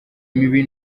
mibi